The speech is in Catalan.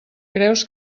creus